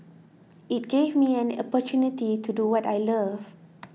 it gave me an opportunity to do what I love